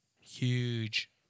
huge